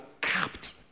capped